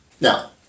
Now